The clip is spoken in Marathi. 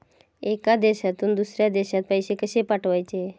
एका देशातून दुसऱ्या देशात पैसे कशे पाठवचे?